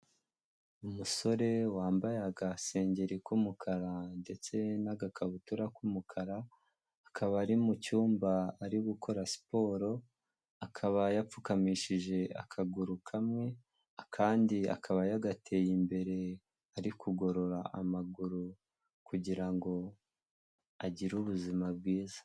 Umusore wambaye agasengeri k'umukara ndetse n'agakabutura k'umukara, akaba ari mu cyumba ari gukora siporo, akaba yapfukamishije akaguru kamwe, akandi akaba yagateye imbere, ari kugorora amaguru kugira ngo agire ubuzima bwiza.